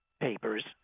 papers –